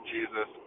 Jesus